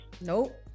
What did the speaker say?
Nope